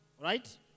Right